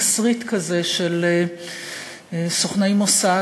תסריט כזה של סוכני מוסד,